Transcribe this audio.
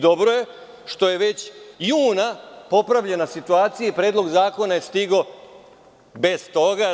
Dobro je što je već u junu popravljena situacija i Predlog zakona je stigao bez toga.